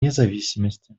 независимости